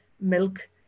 milk